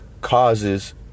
causes